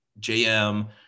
JM